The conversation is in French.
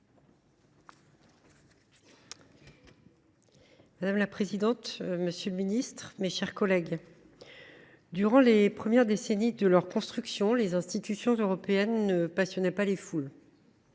Madame la présidente, monsieur le ministre, mes chers collègues, durant les premières décennies de leur construction, les institutions européennes ne passionnaient pas les foules.